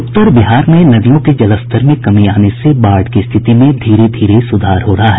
उत्तर बिहार में नदियों के जलस्तर में कमी आने से बाढ़ की स्थिति में धीरे धीरे सुधार हो रहा है